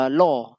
law